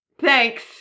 Thanks